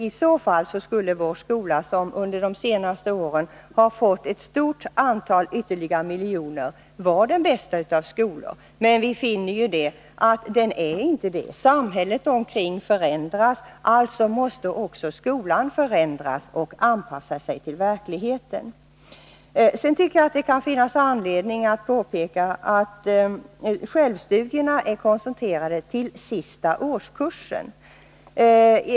I så fall skulle vår skola, som under de senaste åren har fått ett stort antal extra miljarder vara den bästa av skolor. Men vi finner att den inte är det. Samhället omkring förändras, alltså måste också skolan förändras och anpassa sig till verkligheten. Det kan finnas anledning att påpeka att självstudierna är koncentrerade till sista årskursen.